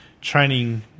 training